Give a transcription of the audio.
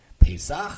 Pesach